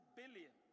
billion